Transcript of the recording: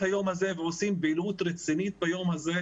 היום הזה ועושים פעילות רצינית ביום הזה,